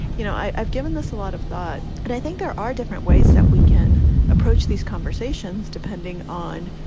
you know, i've given this a lot of thought and i think there are different ways that we can approach these conversations depending on